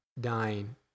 dying